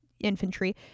infantry